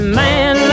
man